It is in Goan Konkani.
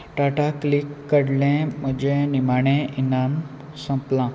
टाटा क्लिक कडलें म्हजें निमाणें इनाम सोंपलां